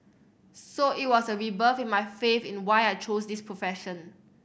so it was a rebirth in my faith in why I chose this profession